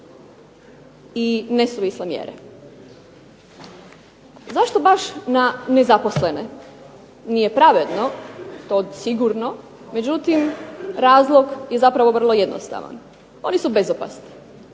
i nesuvisle mjere. Zašto baš na nezaposlene? Nije pravedno to sigurno, međutim razlog je zapravo vrlo jednostavan. Oni su bezopasni.